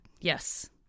yes